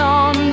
on